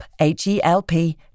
H-E-L-P